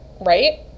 right